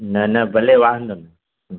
न न भले वांदो न